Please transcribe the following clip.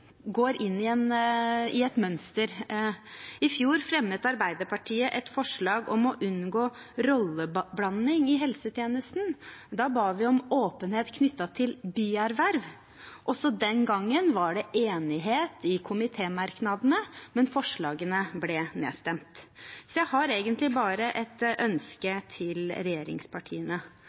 går inn i et mønster. I fjor fremmet Arbeiderpartiet et forslag om å unngå rolleblanding i helsetjenesten. Da ba vi om åpenhet knyttet til bierverv. Også den gangen var det enighet i komitémerknadene, men forslagene ble nedstemt. Så jeg har egentlig bare et ønske til regjeringspartiene.